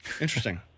Interesting